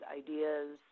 ideas